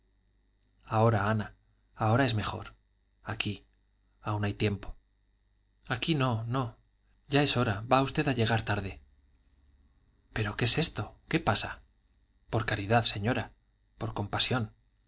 ahora ana ahora es mejor aquí aún hay tiempo aquí no no ya es hora va usted a llegar tarde pero qué es esto qué pasa por caridad señora por compasión